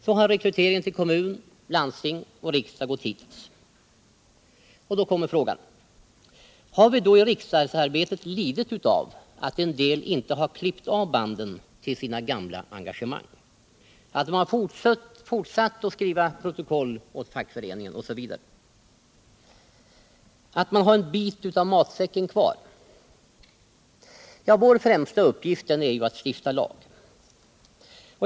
Så har rekryteringen till kommun, landsting och riksdag gått till. Då är frågan: Har vi i riksdagsarbetet lidit av att en del inte har klippt av banden till sina gamla engagemang, att de har fortsatt att skriva protokoll åt fackföreningen osv., att de har en bit av matsäcken kvar? Vår främsta uppgift är ju att stifta lag.